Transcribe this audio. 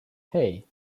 hey